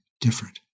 different